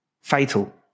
fatal